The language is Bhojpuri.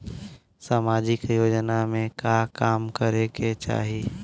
सामाजिक योजना में का काम करे के चाही?